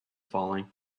falling